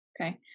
Okay